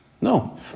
No